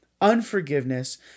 Unforgiveness